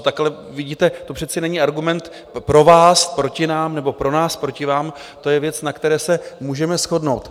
Tak ale vidíte, to přece není argument pro vás proti nám nebo pro nás proti vám, to je věc, na které se můžeme shodnout.